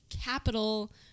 capital